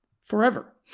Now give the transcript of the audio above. forever